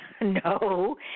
no